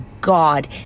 God